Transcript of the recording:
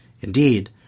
Indeed